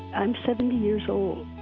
i'm seventy years old,